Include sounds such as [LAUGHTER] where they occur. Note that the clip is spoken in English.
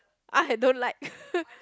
I don't like [LAUGHS]